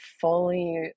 fully